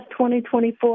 2024